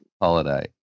holiday